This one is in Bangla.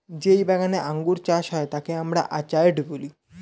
যেই বাগানে আঙ্গুর চাষ হয় তাকে আমরা অর্চার্ড বলি